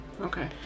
Okay